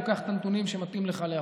לוקח את הנתונים שמתאים לך להראות,